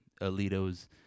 Alito's